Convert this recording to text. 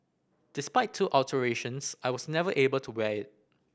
despite two alterations I was never able to wear it